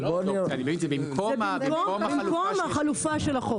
לא עוד אופציה, זה במקום החלופה שיש היום.